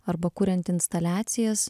arba kuriant instaliacijas